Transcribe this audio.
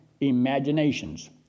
imaginations